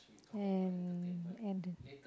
and